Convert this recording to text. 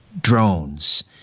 drones